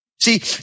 See